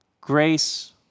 Grace